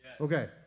Okay